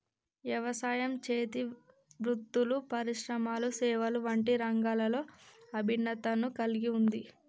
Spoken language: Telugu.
యవసాయం, చేతి వృత్తులు పరిశ్రమలు సేవలు వంటి రంగాలలో ఇభిన్నతను కల్గి ఉంది